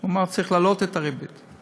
אמר שצריך להעלות את הריבית.